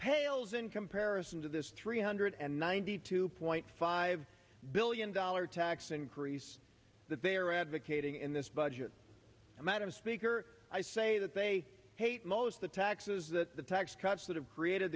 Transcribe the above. pales in comparison to this three hundred and ninety two point five billion dollar tax increase that they are advocating in this budget and madam speaker i say that they hate most the taxes that the tax cuts that have created